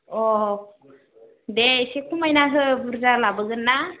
अ दे एसे खमायना हो बुरजा लाबोगोन ना